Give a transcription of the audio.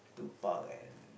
to park and